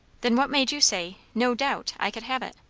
then what made you say, no doubt i could have it?